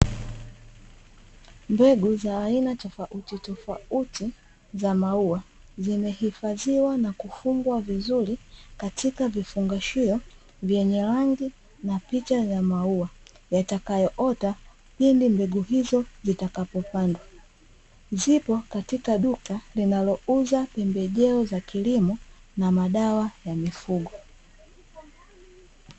Mbegu za aina tofauti tofauti za maua zimehifadhiwa na kufungwa vizuri katika vifungashio vyenye rangi na picha za maua yatakayoota pindi mbegu hizo zitapopandwa. Zipo katika duka linalouza pembejeo za kilimo na madawa ya mifugo.